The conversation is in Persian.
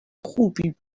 خوبی